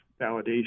validation